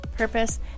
purpose